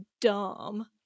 dumb